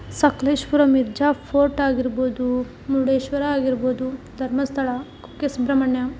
ಸಕಲೇಶ್ಪುರ ಮಿರ್ಜಾನ ಫೋರ್ಟ್ ಆಗಿರ್ಬೊದು ಮುರುಡೇಶ್ವರ ಆಗಿರ್ಬೊದು ಧರ್ಮಸ್ಥಳ ಕುಕ್ಕೆ ಸುಬ್ರಹ್ಮಣ್ಯ